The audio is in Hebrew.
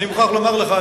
אני מוכרח לומר לך,